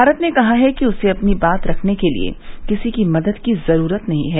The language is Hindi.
भारत ने कहा है कि उसे अपनी बात रखने के लिए किसी की मदद की जरूरत नहीं है